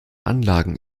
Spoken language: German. anlagen